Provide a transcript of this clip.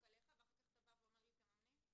עליך ואחר כך אתה אומר לי תממני?